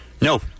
No